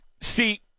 See